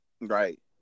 Right